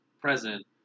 present